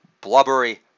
blubbery